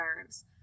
nerves